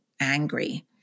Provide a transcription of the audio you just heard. angry